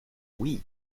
oui